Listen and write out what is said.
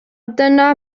dyna